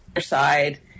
side